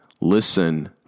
listen